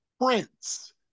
Prince